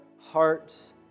hearts